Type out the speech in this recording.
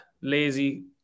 lazy